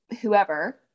whoever